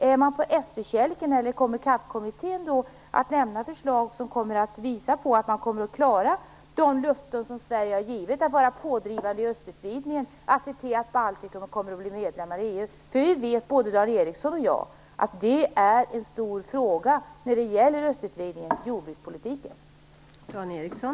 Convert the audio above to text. Är vi på efterkälken, eller kommer CAP-kommittén att lämna förslag som visar att Sverige kan klara sina löften om att vara pådrivande i östutvidgningen och se till att de baltiska staterna blir medlemmar i EU? Både Dan Ericsson och jag vet att jordbrukspolitiken är en stor fråga när det gäller östutvidgningen.